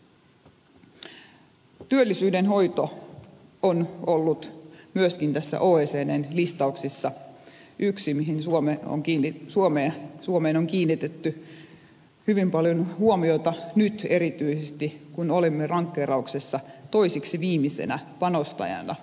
työllisyyden hoito on ollut myöskin oecdn listauksissa yksi asia mihin suomen kohdalla on kiinnitetty hyvin paljon huomiota nyt erityisesti kun olimme rankkauksessa toiseksi viimeisenä panostajana työllisyyden hoidossa